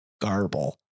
garble